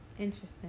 Interesting